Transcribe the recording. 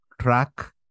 track